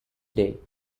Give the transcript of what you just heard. day